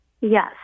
Yes